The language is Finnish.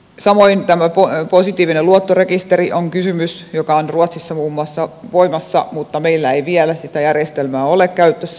samoin tämä positiivinen luottorekisteri on kysymys joka on ruotsissa muun muassa voimassa mutta meillä ei vielä sitä järjestelmää ole käytössä